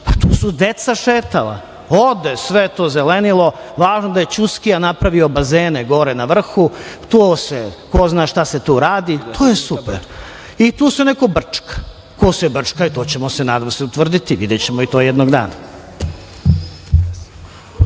Tu su deca šetala. Ode svo to zelenilo, važno da je Ćuskija napravio bazene gore na vrhu i ko zna šta se tu radi. To je super i tu se neko brčka? Ko se brčka, to ćemo, nadam se, utvrditi. Videćemo i to jednog dana.